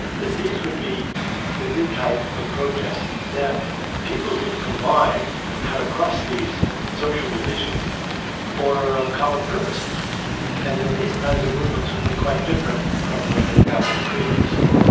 that these would be the new type of protest, that people would combine and cut across these social divisions for common purposes and that these kinds of movements would be quite different from what had happened previously.